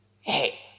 hey